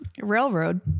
Railroad